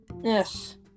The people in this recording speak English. Yes